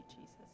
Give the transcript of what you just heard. Jesus